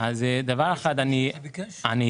למחקר הזה.